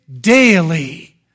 daily